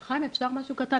חיים, אפשר משהו קטן?